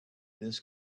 this